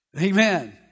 Amen